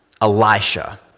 Elisha